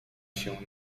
się